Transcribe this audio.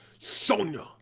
Sonya